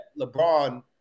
LeBron